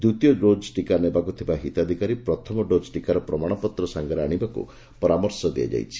ଦିତୀୟ ଡୋଜ୍ ଟିକା ନେବାକୁ ଥିବା ହିତାଧିକାରୀ ପ୍ରଥମ ଡୋଜ୍ ଟିକାର ପ୍ରମାଶପତ୍ର ସାଙ୍ଗରେ ଆଶିବାକୁ ପରାମର୍ଶ ଦିଆଯାଇଛି